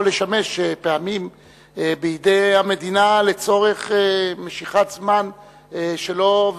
לשמש פעמים בידי המדינה לצורך משיכת זמן שלא,